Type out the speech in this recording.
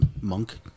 monk